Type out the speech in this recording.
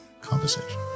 conversation